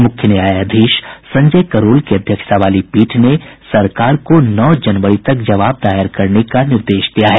मुख्य न्यायाधीश संजय करोल की अध्यक्षता वाली पीठ ने सरकार को नौ जनवरी तक जवाब दायर करने का निर्देश दिया है